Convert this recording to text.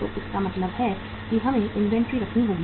तो इसका मतलब है कि हमें इन्वेंट्री रखनी होगी